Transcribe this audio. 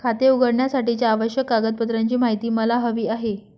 खाते उघडण्यासाठीच्या आवश्यक कागदपत्रांची माहिती मला हवी आहे